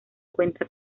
cuenta